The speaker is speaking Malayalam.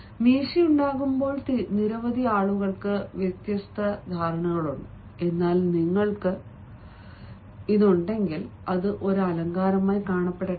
മീശയുണ്ടാകുമ്പോൾ നിരവധി ആളുകൾക്ക് വ്യത്യസ്ത ധാരണകളുണ്ട് എന്നാൽ നിങ്ങൾക്കത് ഉണ്ടെങ്കിൽ അത് ഒരു അലങ്കാരമായി കാണപ്പെടട്ടെ